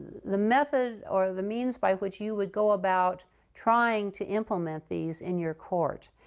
the method or the means by which you would go about trying to implement these in your court.